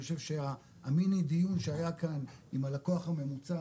אני חושב שהמיני דיון שהיה כאן אם הלקוח הממוצע